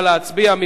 נא להצביע.